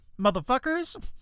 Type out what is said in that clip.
motherfuckers